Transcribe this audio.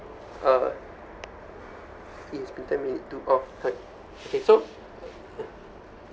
uh it's been ten minute to off heard okay so